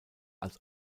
als